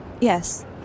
Yes